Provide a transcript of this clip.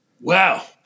Wow